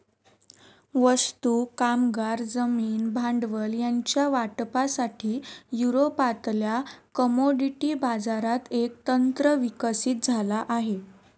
वस्तू, कामगार, जमीन, भांडवल ह्यांच्या वाटपासाठी, युरोपातल्या कमोडिटी बाजारात एक तंत्र विकसित झाला हा